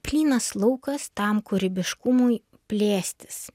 plynas laukas tam kūrybiškumui plėstis